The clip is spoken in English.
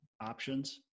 options